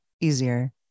easier